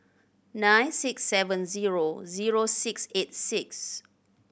nine six seven zero zero six eight six